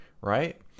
right